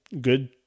good